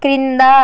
క్రింద